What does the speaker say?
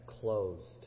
closed